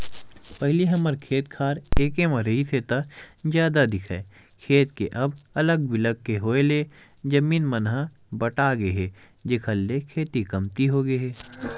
पहिली हमर खेत खार एके म रिहिस हे ता जादा दिखय खेत के अब अलग बिलग के होय ले जमीन मन ह बटगे हे जेखर ले खेती कमती होगे हे